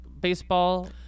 baseball